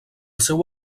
seu